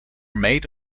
made